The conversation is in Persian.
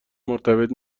مرتبط